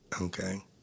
okay